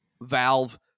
valve